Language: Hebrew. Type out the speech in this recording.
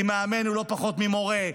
כי מאמן הוא לא פחות ממורה.